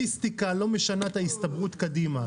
שסטטיסטיקה לא משנה את ההסתברות קדימה.